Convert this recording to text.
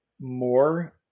more